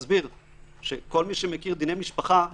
כל מי שמכיר דיני משפחה,